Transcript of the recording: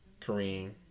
Kareem